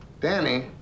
Danny